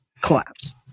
collapse